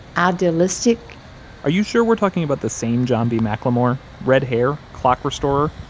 idealistic are you sure we're talking about the same john b. mclemore? red hair, clock restorer,